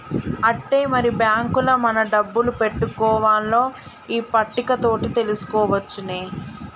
ఆట్టే మరి బాంకుల మన డబ్బులు పెట్టుకోవన్నో ఈ పట్టిక తోటి తెలుసుకోవచ్చునే